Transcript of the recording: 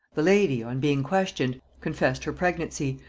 the lady, on being questioned, confessed her pregnancy,